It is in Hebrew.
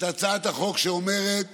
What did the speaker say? הצעת החוק שאומרת